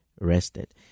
rested